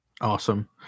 awesome